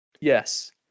yes